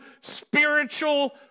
spiritual